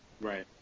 Right